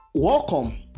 Welcome